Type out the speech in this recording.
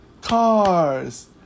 cars